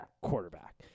Quarterback